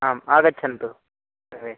आम् आगच्छन्तु सर्वे